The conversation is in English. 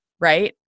right